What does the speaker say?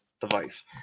device